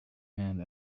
hand